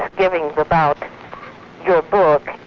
misgivings about your book.